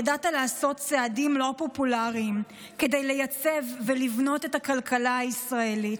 ידעת לעשות צעדים לא פופולריים כדי לייצב ולבנות את הכלכלה הישראלית.